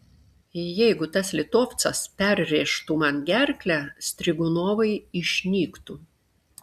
jeigu tas litovcas perrėžtų man gerklę strigunovai išnyktų